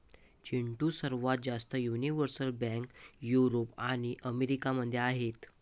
चिंटू, सर्वात जास्त universal bank Europe आणि अमेरिका मध्ये आहेत